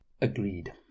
Agreed